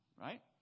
right